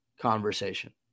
conversation